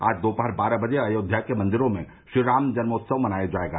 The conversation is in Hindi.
आज दोपहर बारह बजे अयोध्या के मंदिरों में श्रीरामजन्मोत्सव मनाया जायेगा